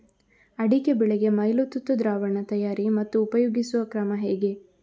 ಅಡಿಕೆ ಬೆಳೆಗೆ ಮೈಲುತುತ್ತು ದ್ರಾವಣ ತಯಾರಿ ಮತ್ತು ಉಪಯೋಗಿಸುವ ಕ್ರಮ ಹೇಗೆ?